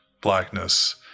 blackness